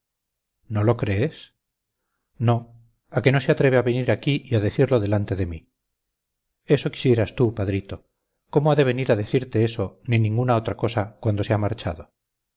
no lo crees no a que no se atreve a venir aquí y a decirlo delante de mí eso quisieras tú padrito cómo ha de venir a decirte eso ni ninguna otra cosa cuando se ha marchado